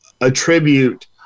attribute